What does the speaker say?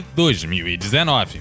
2019